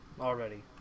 already